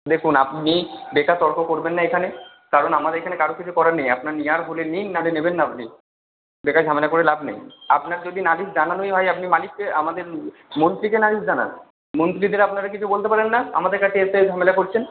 দেখুন আপনি বেকার তর্ক করবেন না এখানে কারণ আমাদের এখানে কারোর কিছু করার নেই আপনার নেওয়ার হলে নিন না হলে নেবেন না আপনি বেকার ঝামেলা করে লাভ নেই আপনার যদি নালিশ জানানোই হয় আপনি মালিককে আমাদের মন্ত্রীকে নালিশ জানান মন্ত্রীদের আপনারা কিছু বলতে পারেন না আমাদের কাছে এসে ঝামেলা করছেন